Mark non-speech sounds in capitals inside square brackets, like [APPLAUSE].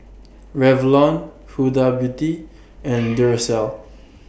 Revlon Huda Beauty and [NOISE] Duracell